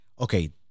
okay